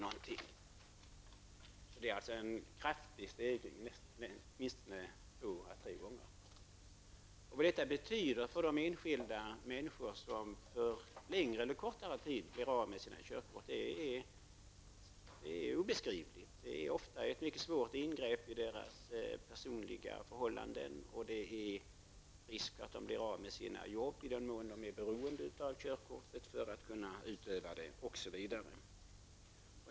Det rör sig alltså om en kraftig ökning, två till tre gånger fler körkort. Det kan inte beskrivas vad detta betyder för de människor som under längre eller kortare tid måste vara utan sina körkort. Detta är ett svårt ingrepp i deras personliga förhållanden, och risken är att de blir av med sina jobb i den mån de är beroende av körkortet för att utöva sitt yrke.